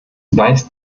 weiß